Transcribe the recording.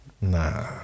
Nah